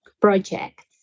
projects